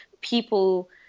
people